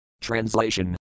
TRANSLATION